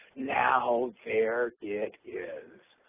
now there it is,